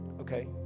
Okay